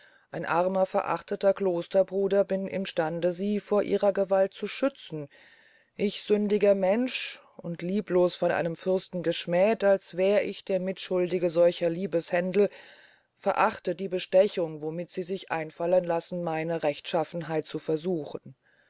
ein armer verachteter klosterbruder bin im stande sie vor ihrer gewalt zu schützen ich sündiger mensch und lieblos von einem fürsten geschmäht als wär ich der mitschuldige solcher liebeshändel verachte die bestechung womit sie sich einfallen lassen meine rechtschaffenheit zu versuchen